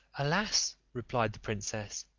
alas, replied the princess,